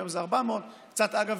היום זה 400. אגב,